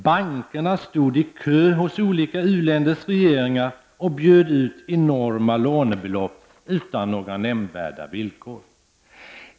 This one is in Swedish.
Bankerna stod i kö hos olika u-länders regeringar och bjöd ut enorma lånebelopp utan några nämnvärda villkor.